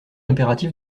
impératif